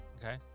Okay